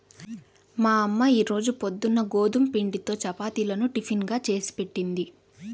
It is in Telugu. మా అమ్మ ఈ రోజు పొద్దున్న గోధుమ పిండితో చపాతీలను టిఫిన్ గా చేసిపెట్టింది